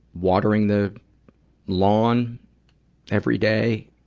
watering the lawn every day,